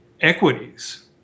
equities